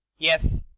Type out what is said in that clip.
yes.